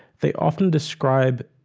they often describe